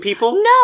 No